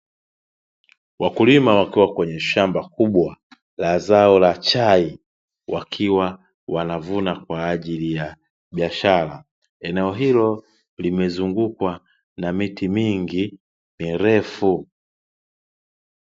Wakulima wakiwa kwenye shamba kubwa la zao la chai, wakiwa wanavuna kwa ajili ya biashara. Eneo hilo limezungukwa na miti mingi mirefu.